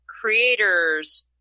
creators